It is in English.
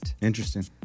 Interesting